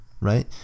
right